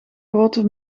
grote